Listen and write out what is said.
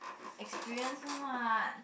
experiences [what]